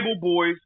boys